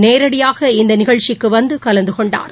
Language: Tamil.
நேரடியாக இந்தநிகழ்ச்சிக்குவந்துகலந்துகொண்டார்